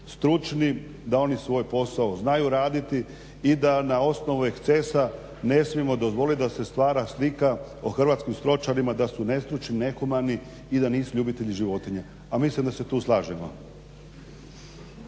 stručni, da oni svoj posao znaju raditi i da na osnovu ekscesa ne smijemo dozvoliti da se stvara slika o hrvatskim stočarima da su nestručni, nehumani i da nisu ljubitelji životinja. A mislim da se tu slažemo.